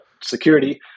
security